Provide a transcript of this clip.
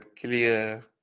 clear